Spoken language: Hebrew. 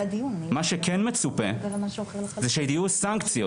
מה שכן מצופה זה שיהיו סנקציות,